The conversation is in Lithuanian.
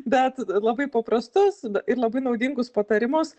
bet labai paprastus ir labai naudingus patarimus